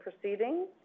proceedings